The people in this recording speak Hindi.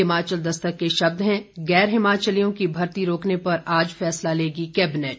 हिमाचल दस्तक के शब्द हैं गैर हिमाचलियों की भर्ती रोकने पर आज फैसला लेगी कैबिनेट